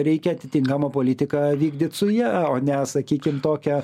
reikia atitinkamą politiką vykdyt su ja o ne sakykim tokią